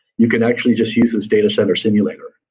you can actually just use this data center simulator.